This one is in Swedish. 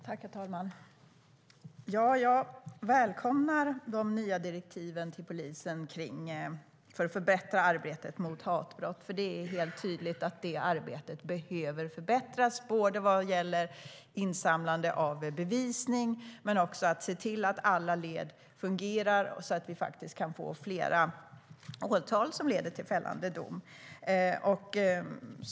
Herr talman! Jag välkomnar de nya direktiven till polisen för att förbättra arbetet mot hatbrott. Det är nämligen tydligt att det arbetet behöver förbättras, inte bara vad gäller insamlande av bevisning utan också vad gäller att se till att alla led fungerar så att vi kan få fler åtal som leder till fällande dom.